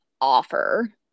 offer